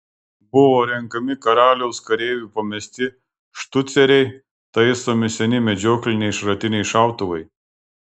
buvo renkami karaliaus kareivių pamesti štuceriai taisomi seni medžiokliniai šratiniai šautuvai